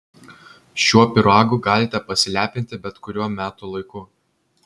šiuo pyragu galite pasilepinti bet kuriuo metų laiku